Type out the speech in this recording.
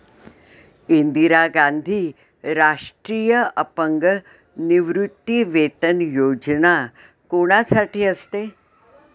इंदिरा गांधी राष्ट्रीय अपंग निवृत्तीवेतन योजना कोणासाठी असते?